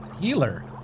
healer